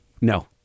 No